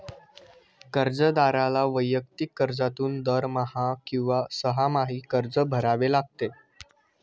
कर्जदाराला वैयक्तिक कर्जातून दरमहा किंवा सहामाही कर्ज भरावे लागते